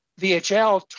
VHL